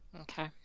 okay